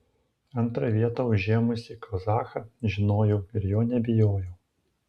antrą vietą užėmusį kazachą žinojau ir jo nebijojau